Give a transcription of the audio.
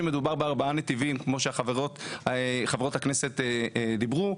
שמדובר בארבעה נתיבים כמו שחברות הכנסת דיברו,